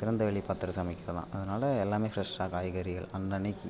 திறந்த வெளி பாத்திர சமைக்கிறதுதான் அதனால் எல்லாமே ஃப்ரெஷ்ஷான காய்கறிகள் அன்னன்னைக்கு